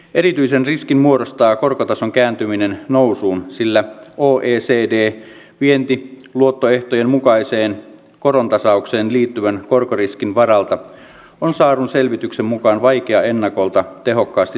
erityisen riskin muodostaa korkotason kääntyminen nousuun sillä oecd vientiluottoehtojen mukaiseen korontasaukseen liittyvän korkoriskin varalta on saadun selvityksen mukaan vaikea ennakolta tehokkaasti suojautua